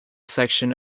section